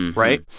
right?